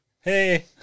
hey